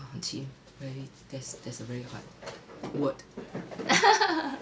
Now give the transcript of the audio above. !wah! 很 chim very that's that's a very hard word